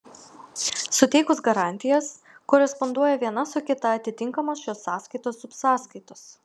suteikus garantijas koresponduoja viena su kita atitinkamos šios sąskaitos subsąskaitos